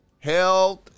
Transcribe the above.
health